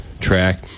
track